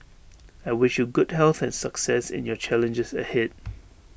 I wish you good health and success in your challenges ahead